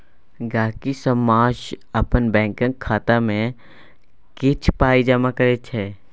गहिंकी सब मास अपन बैंकक खाता मे किछ पाइ जमा करै छै